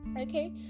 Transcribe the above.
okay